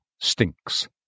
stinks